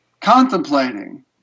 contemplating